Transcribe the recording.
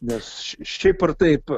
nes šiaip ar taip